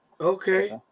Okay